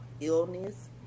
illness